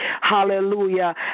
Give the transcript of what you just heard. Hallelujah